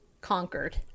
conquered